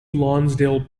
lonsdale